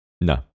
No